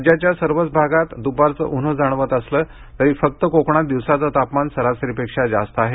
राज्याच्या सर्वच भागात दुपारचं ऊन्ह जाणवत असलं तरी फक्त कोकणात दिवसाचं तापमान सरासरीपेक्षा जास्त आहे